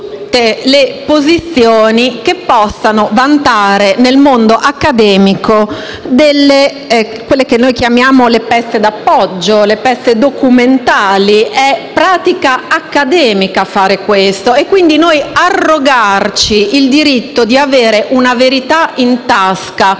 le posizioni che possano vantare nel mondo accademico quelle che noi chiamiamo le pezze d'appoggio, le pezze documentali. Tutto questo è pratica accademica e credo che arrogarci il diritto di avere una verità in tasca